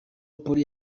polly